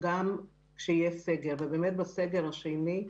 גם כשיהיה סגר, ובאמת בסגר השני,